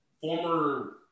former